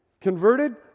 converted